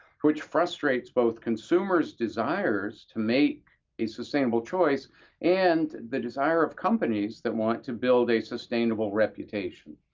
which frustrates both consumers' desires to make a sustainable choice and the desire of companies that want to build a sustainable reputation.